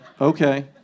Okay